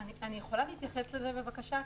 אני יכולה להתייחס לזה בבקשה,